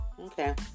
Okay